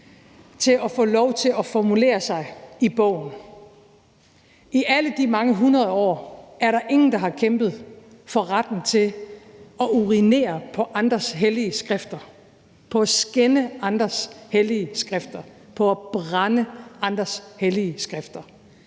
til at få lov til at formulere sig i bogform. I alle de mange hundrede år er der ingen, der har kæmpet for retten til at urinere på andres hellige skrifter, til at skænde andres hellige skrifter og til at brænde andres hellige skrifter.